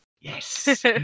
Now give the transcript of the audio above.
Yes